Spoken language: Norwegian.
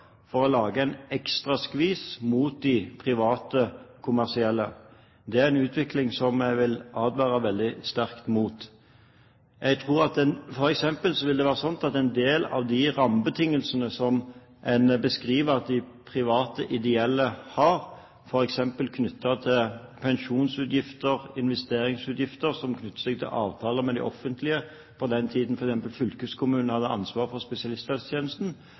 for å lage en ekstra skvis mot de private kommersielle. Det er en utvikling som jeg vil advare veldig sterkt imot. For eksempel vil det være slik at når det gjelder en del av de rammebetingelsene som en beskriver at de private ideelle har f.eks. knyttet til pensjonsutgifter og investeringsutgifter som knytter seg til avtaler med det offentlige, f.eks. på den tiden fylkeskommunene hadde ansvaret for spesialisthelsetjenesten,